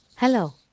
hello